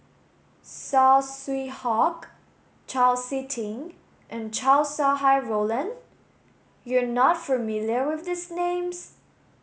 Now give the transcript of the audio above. Saw Swee Hock Chau Sik Ting and Chow Sau Hai Roland you are not familiar with these names